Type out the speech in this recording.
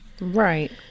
Right